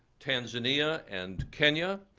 tanzania and kenya,